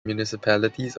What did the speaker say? municipalities